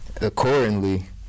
Accordingly